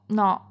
no